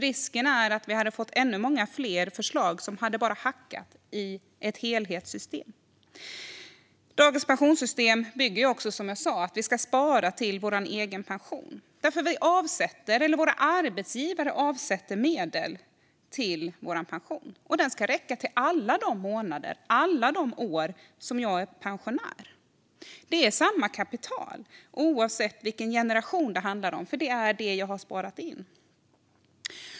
Risken är att vi hade fått ännu fler förslag som bara hade hackat i ett helhetssystem. Dagens pensionssystem bygger som sagt på att vi ska spara till vår egen pension. Våra arbetsgivare avsätter medel till vår pension, och den ska räcka till alla de månader och år som jag är pensionär. Det är samma kapital, oavsett vilken generation det handlar om, eftersom det är det som jag har sparat in.